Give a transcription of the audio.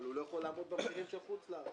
אבל הוא לא יכול לעמוד במחירים של חוץ לארץ.